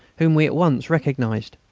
whom we at once recognised.